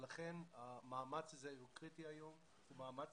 לכן המאמץ הזה הוא קריטי היום והוא מאמץ